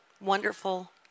wonderful